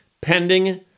pending